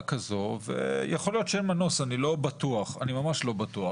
יכול להיות שאין מנוס מהצעה כזו - אני ממש לא בטוח.